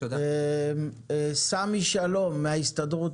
סמי שלום מההסתדרות.